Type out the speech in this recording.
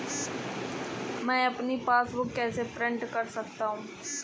मैं अपनी पासबुक कैसे प्रिंट कर सकता हूँ?